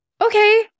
okay